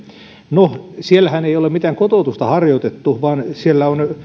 no siellähän ei ole mitään kotoutusta harjoitettu vaan siellä on